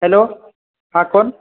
hello हां कोण